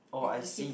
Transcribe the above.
oh I see